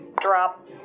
drop